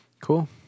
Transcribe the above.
Cool